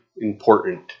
important